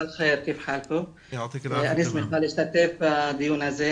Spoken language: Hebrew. אני שמחה להשתתף בדיון הזה,